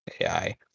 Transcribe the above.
AI